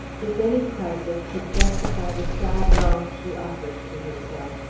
if any crisis could justify the sad wrong she offered to herself,